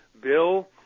Bill